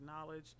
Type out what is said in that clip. knowledge